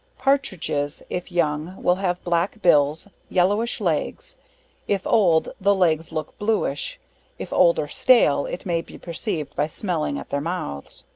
partridges, if young, will have black bills, yellowish legs if old, the legs look bluish if old or stale, it may be perceived by smelling at their mouths.